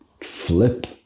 flip